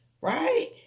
Right